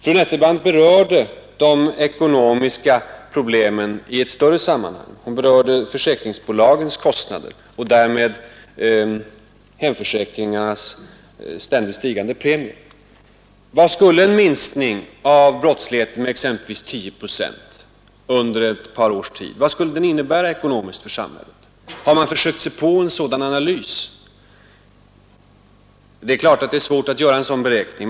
Fru Nettelbrandt berörde de ekonomiska problemen i ett större sammanhang och nämnde bl a. försäkringsbolagens kostnader och därmed hemförsäkringens ständigt stigande premier. Vad skulle en Nr 139 minskning av brottsligheten med exempelvis tio procent under ett par år Måndagen den innebära ekonomiskt för samhället? Har man försökt sig på en sådan & december 1971 analys? Det är klart att det är svårt att göra sådana beräkningar.